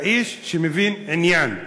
אתה איש שמבין עניין,